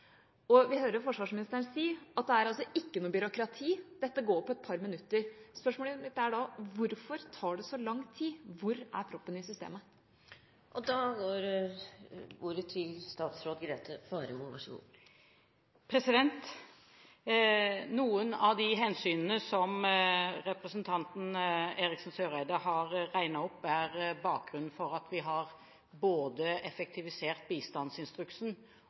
Vi hører forsvarsministeren si at det ikke er noe byråkrati, men at dette går på et par minutter. Spørsmålet mitt er da: Hvorfor tar det så lang tid? Hvor er proppen i systemet? Noen av de hensynene som representanten Eriksen Søreide har regnet opp, er bakgrunnen for at vi både har effektivisert bistandsinstruksen